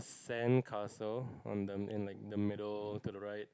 sandcastle on the man like the middle to the right